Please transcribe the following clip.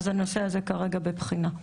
הנושא הזה כרגע בבחינה.